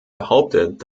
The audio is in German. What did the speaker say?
behauptet